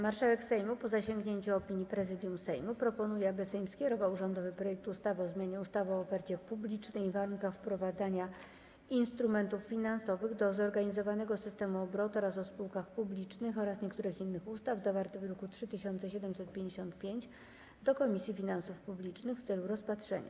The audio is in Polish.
Marszałek Sejmu, po zasięgnięciu opinii Prezydium Sejmu, proponuje, aby Sejm skierował rządowy projekt ustawy o zmianie ustawy o ofercie publicznej i warunkach wprowadzania instrumentów finansowych do zorganizowanego systemu obrotu oraz o spółkach publicznych oraz niektórych innych ustaw, zawarty w druku 3755, do Komisji Finansów Publicznych w celu rozpatrzenia.